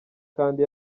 kandi